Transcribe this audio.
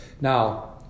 Now